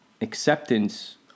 Acceptance